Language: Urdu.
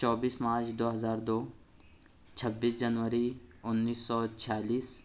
چوبیس مارچ دو ہزار دو چھبیس جنوری انیس سو چھیالیس